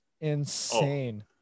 Insane